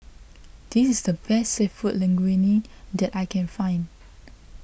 this is the best Seafood Linguine that I can find